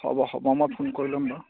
হ'ব হ'ব মই ফোন কৰি ল'ম বাৰু